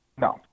No